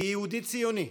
כיהודי ציוני,